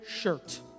shirt